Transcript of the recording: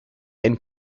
einen